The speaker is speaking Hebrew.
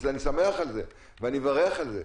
ואני שמח ומברך על זה.